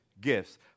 gifts